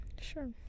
Sure